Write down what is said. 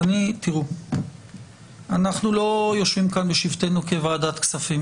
אנחנו לא יושבים כאן כוועדת כספים